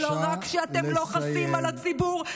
ולא רק שאתם לא חסים על הציבור,